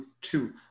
two